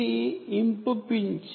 ఇది ఇంప్ పించ్